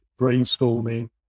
brainstorming